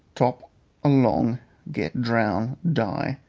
top along get drown, die,